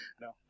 No